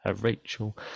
Rachel